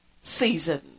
season